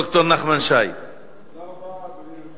ד"ר נחמן שי, בבקשה.